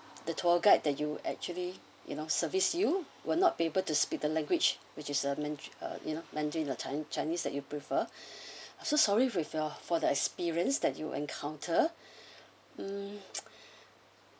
the tour guide the you actually you know service you will not be able to speak the language which is uh you know mandarin or chinese chinese that you prefer I'm so sorry with your for the experience that you've encountered mm